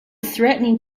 threatening